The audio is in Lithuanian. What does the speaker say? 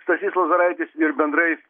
stasys lozoraitis ir bendrai